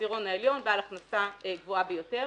העשירון העליון בעל ההכנסה הגבוהה ביותר.